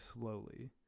slowly